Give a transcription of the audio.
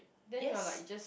yes